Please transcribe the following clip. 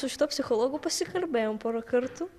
su šituo psichologu pasikalbėjom porą kartų